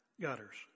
gutters